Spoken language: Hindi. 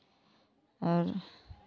और